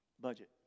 budget